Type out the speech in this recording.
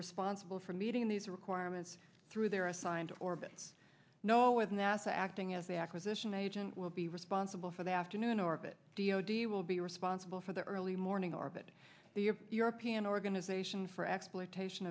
responsible for meeting these requirements through their assigned orbits no with nasa acting as a acquisition agent will be responsible for the afternoon orbit d o d will be responsible for the early morning orbit the european organization for exploitation